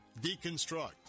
deconstruct